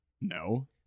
no